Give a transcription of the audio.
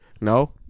no